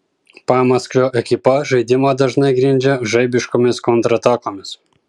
pamaskvio ekipa žaidimą dažnai grindžia žaibiškomis kontratakomis